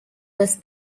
was